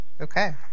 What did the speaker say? Okay